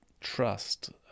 trust